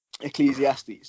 Ecclesiastes